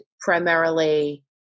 primarily